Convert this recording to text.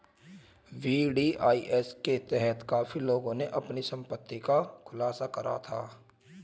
VDIS के तहत काफी लोगों ने अपनी संपत्ति का खुलासा करा था